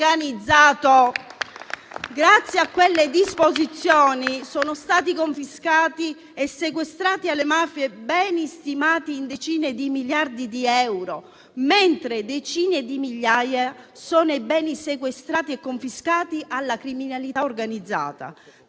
Grazie a tali disposizioni sono stati confiscati e sequestrati alle mafie beni stimati in decine di miliardi di euro, mentre decine di migliaia sono i beni sequestrati e confiscati alla criminalità organizzata,